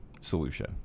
solution